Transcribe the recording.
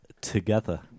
together